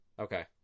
Okay